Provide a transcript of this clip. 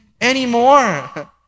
anymore